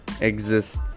exists